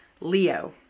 Leo